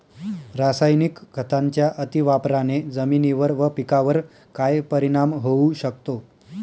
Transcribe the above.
रासायनिक खतांच्या अतिवापराने जमिनीवर व पिकावर काय परिणाम होऊ शकतो?